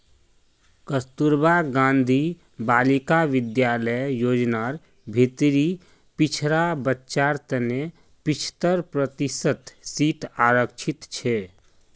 कस्तूरबा गांधी बालिका विद्यालय योजनार भीतरी पिछड़ा बच्चार तने पिछत्तर प्रतिशत सीट आरक्षित छे